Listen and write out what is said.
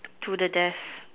to the desk